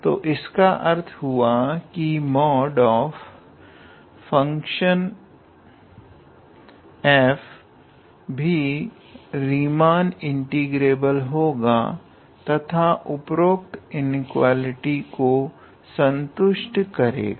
तो इसका अर्थ हुआ कि मॉड ऑफ फंक्शन f भी रीमान इंटीग्रेबल होगा तथा उपरोक्त इनेकुवेलिटी को संतुष्ट करेगा